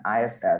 ISS